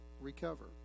recover